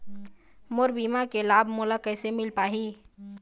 मोर बीमा के लाभ मोला कैसे मिल पाही?